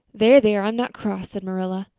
there, there, i'm not cross, said marilla.